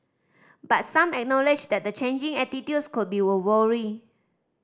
but some acknowledged that the changing attitudes could be a worry